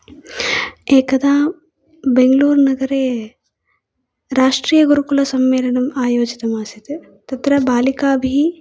एकदा बेङ्गलुरनगरे राष्ट्रियगुरुकुलसम्मेलनम् आयोजितम् आसीत् तत्र बालिकाभिः